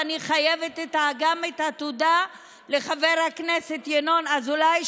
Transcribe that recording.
ואני חייבת גם את התודה לחבר הכנסת ינון אזולאי,